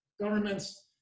governments